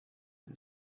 and